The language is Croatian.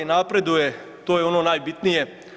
Napreduje, to je ono najbitnije.